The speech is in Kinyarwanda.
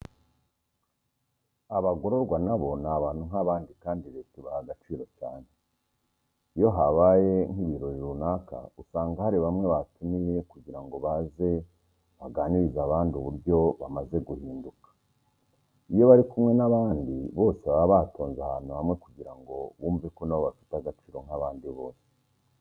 Abagororwa na bo ni abantu nk'abandi kandi leta ibaha agaciro cyane. Iyo habaye nk'ibirori runaka usanga hari bamwe batumiye kugira ngo baze baganirize abandi uburyo bamaze guhinduka. Iyo bari kumwe n'abandi bose baba batonze ahantu hamwe kugira ngo bumve ko na bo bafite agaciro nk'abandi bose.